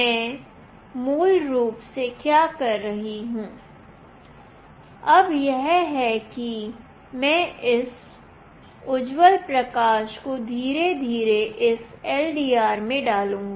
मैं मूल रूप से क्या करूंगी अब यह है कि मैं इस उज्ज्वल प्रकाश को धीरे धीरे इस LDR में डालूंगी